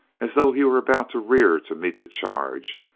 as though he were about to rear to meet the charge,